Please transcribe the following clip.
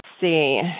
see